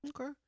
Okay